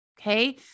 Okay